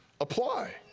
apply